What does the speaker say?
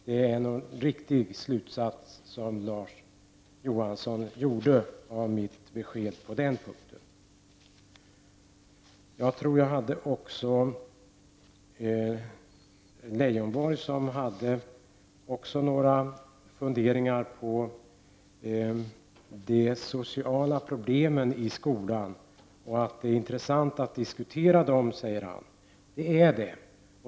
Det är nog en riktig slutsats som Larz Johansson drog av mitt besked på den punkten. Jag tror att det var Lars Leijonborg som också hade några funderingar kring de sociala problemen i skolan och tyckte att det var intressant att diskutera dessa. Det är det.